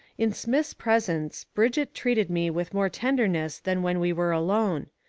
in smith's presence, brigitte treated me with more tenderness than when we were alone.